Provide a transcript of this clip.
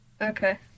Okay